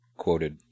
quoted